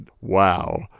Wow